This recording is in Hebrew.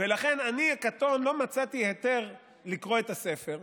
ולכן אני הקטון לא מצאתי היתר לקרוא את הספר,